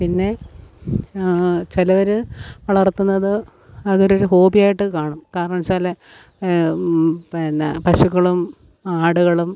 പിന്നെ ചിലവർ വളർത്തുന്നത് അതൊരു ഹോബിയായിട്ട് കാണും കാരണം വച്ചാൽ പിന്നെ പശുക്കളും ആടുകളും